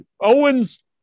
Owens